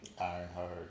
Ironheart